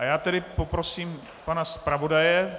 A já tedy poprosím pana zpravodaje.